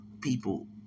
people